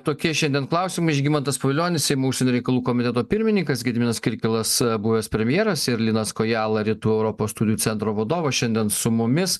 tokie šiandien klausimai žygimantas pavilionis seimo užsienio reikalų komiteto pirmininkas gediminas kirkilas buvęs premjeras ir linas kojala rytų europos studijų centro vadovas šiandien su mumis